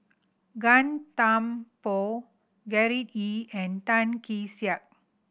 Gan Thiam Poh Gerard Ee and Tan Kee Sek